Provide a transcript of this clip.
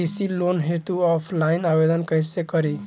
कृषि लोन हेतू ऑफलाइन आवेदन कइसे करि?